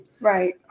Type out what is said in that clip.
Right